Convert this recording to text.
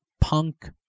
punk